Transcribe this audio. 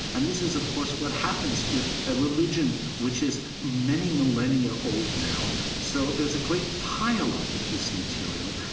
and this is, of course, what happens with a religion which is many millennia old now. so there's a great pileup of this material.